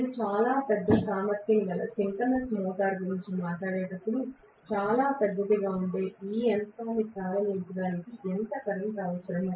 నేను చాలా పెద్ద సామర్థ్యం గల సింక్రోనస్ మోటారు గురించి మాట్లాడేటప్పుడు చాలా పెద్దదిగా ఉండే ఈ యంత్రాన్ని ప్రారంభించడానికి ఎంత కరెంట్ అవసరం